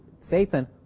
Satan